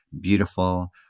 beautiful